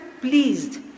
pleased